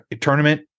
tournament